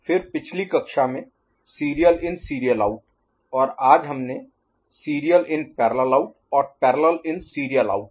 फिर पिछली कक्षा में सीरियल इन सीरियल आउट और आज हमने सीरियल इन पैरेलल आउट और पैरेलल इन सीरियल आउट